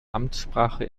amtssprache